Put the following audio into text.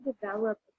develop